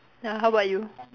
ya how about you